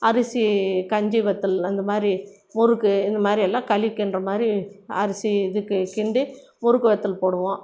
அரிசி கஞ்சி வற்றல் அந்த மாதிரி முறுக்கு இந்த மாதிரியெல்லாம் களி கிண்டுகிற மாதிரி அரிசி இதுக்கு கிண்டி முறுக்கு வற்றல் போடுவோம்